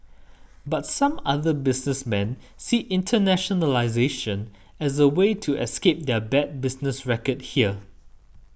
but some other businessmen see internationalisation as a way to escape their bad business record here